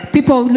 People